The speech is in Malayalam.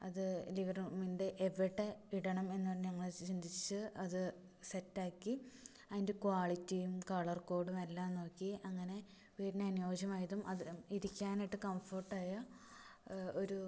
അത് ലിവിംഗ് റൂമിൻ്റെ എവിടെ ഇടണം എന്ന് ഞങ്ങൾ ചിന്തിച്ച് അത് സെറ്റ് ആക്കി അതിൻ്റെ ക്വാളിറ്റിയും കളർ കോഡും എല്ലാം നോക്കി അങ്ങനെ വീടിനനുയോജ്യമായതും അത് ഇരിക്കാനായിട്ട് കംഫേർട്ട് ആയ ഒരു